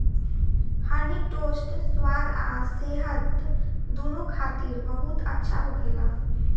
हनी toast स्वाद आ सेहत दूनो खातिर बहुत अच्छा होखेला